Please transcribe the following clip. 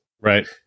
right